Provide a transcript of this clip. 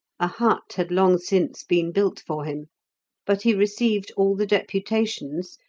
a hut had long since been built for him but he received all the deputations,